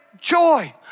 joy